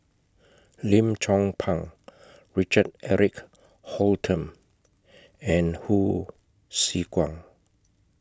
Lim Chong Pang Richard Eric Holttum and Hsu Tse Kwang